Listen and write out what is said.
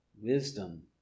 Wisdom